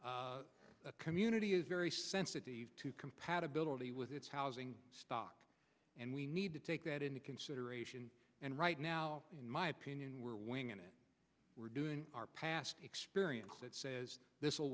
a community is very sensitive to compatibility with its housing stock and we need to take that into consideration and right now in my opinion we're winging it we're doing our past experience that says this